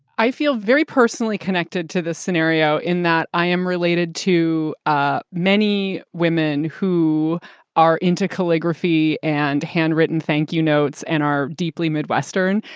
i feel very personally connected to this scenario in that i am related to ah many women who are into calligraphy and handwritten thank you notes and are deeply midwestern.